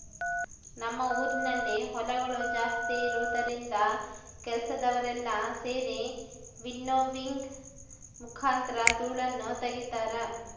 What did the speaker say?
ನಮ್ಮ ಊರಿನಲ್ಲಿ ಹೊಲಗಳು ಜಾಸ್ತಿ ಇರುವುದರಿಂದ ಕೆಲಸದವರೆಲ್ಲ ಸೆರಿ ವಿನ್ನೋವಿಂಗ್ ಮುಖಾಂತರ ಧೂಳನ್ನು ತಗಿತಾರ